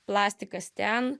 plastikas ten